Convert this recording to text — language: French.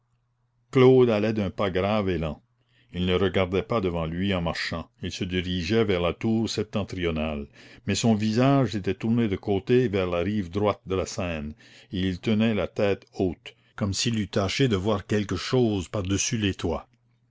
claude allait d'un pas grave et lent il ne regardait pas devant lui en marchant il se dirigeait vers la tour septentrionale mais son visage était tourné de côté vers la rive droite de la seine et il tenait la tête haute comme s'il eût tâché de voir quelque chose par-dessus les toits